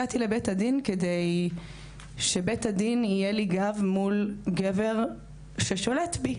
הגעתי לבית הדין כדי שבית הדין יהיה לי גב מול גבר ששולט בי,